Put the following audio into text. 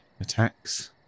attacks